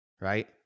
Right